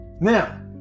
now